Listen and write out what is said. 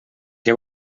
què